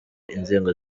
inzego